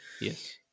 Yes